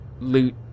loot